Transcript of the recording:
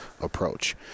approach